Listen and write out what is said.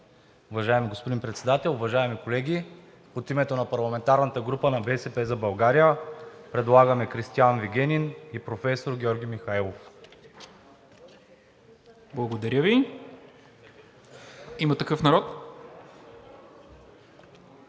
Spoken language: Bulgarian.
Уважаеми господин Председател, уважаеми колеги! От името на парламентарната група на „БСП за България“ предлагам Кристиан Вигенин и професор Георги Михайлов. ПРЕДСЕДАТЕЛ НИКОЛА МИНЧЕВ: Благодаря